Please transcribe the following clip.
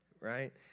right